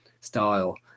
style